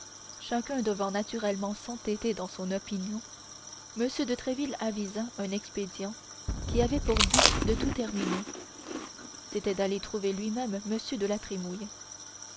chacun devant naturellement s'entêter dans son opinion m de tréville avisa un expédient qui avait pour but de tout terminer c'était d'aller trouver lui-même m de la